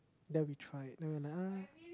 then we tried then we're like